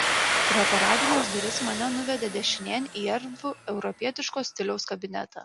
pro paradines duris mane nuvedė dešinėn į erdvų europietiško stiliaus kabinetą